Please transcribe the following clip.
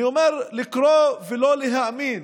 אני אומר, לקרוא ולא להאמין,